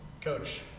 coach